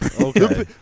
okay